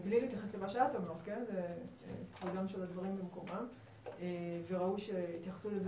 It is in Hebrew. מבלי להתייחס למה שאת אמרת כבודם של הדברים במקומם וראוי שיתייחסו לזה